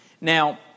Now